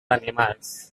animals